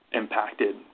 impacted